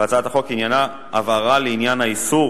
בהצעת החוק עניינה הבהרה לעניין האיסור